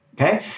okay